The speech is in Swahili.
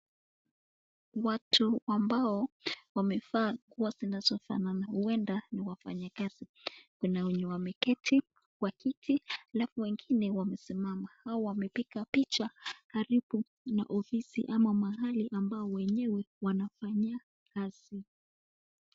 Watu ambao wamevaa nguo zinazofanana, huenda ni wafanyikazi, kuna wenye wameketi, kwa kiti alafu wengine wamesimama, hao wamepiga picha karibu na ofisi ama mahali ambao wenyewe wanafanyia kazi.